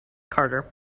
carter